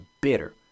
bitter